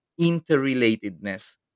interrelatedness